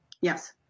Yes